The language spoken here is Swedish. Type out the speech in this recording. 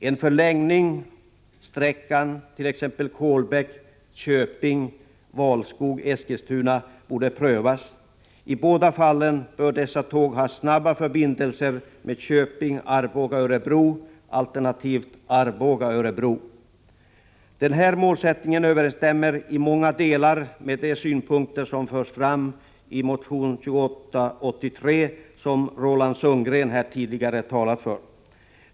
En förlängning, t.ex. sträckan Kolbäck-Köping-Valskog-Eskilstuna, borde prövas. I båda fallen bör dessa tåg ha snabba förbindelser med Köping Arboga-Örebro, alternativt Arboga-Örebro. Denna målsättning överensstämmer i många delar med de synpunkter som förs fram i motion 2883, som Roland Sundgren här tidigare har talat för.